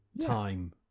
time